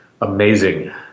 amazing